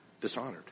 dishonored